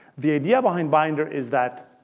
the idea behind binder is that